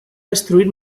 destruir